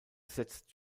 setzt